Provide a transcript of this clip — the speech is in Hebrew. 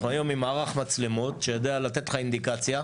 אנחנו היום עם מערך מצלמות שיודע לתת לך אינדיקציה.